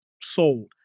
Sold